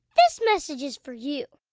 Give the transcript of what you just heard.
this message is for you